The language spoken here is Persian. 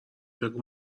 بگو